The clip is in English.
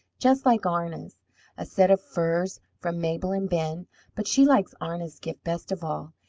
just like arna's a set of furs from mabel and ben but she likes arna's gift best of all,